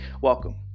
Welcome